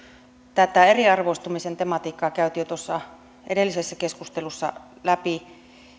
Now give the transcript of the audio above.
tätä eriarvoistumisen tematiikkaa käytiin jo tuossa edellisessä keskustelussa läpi